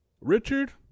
Richard